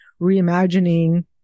reimagining